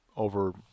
over